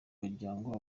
muryango